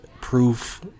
proof